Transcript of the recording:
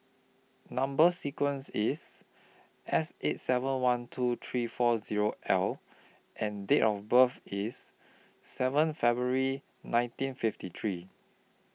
Number sequence IS S eight seven one two three four Zero L and Date of birth IS seven February nineteen fifty three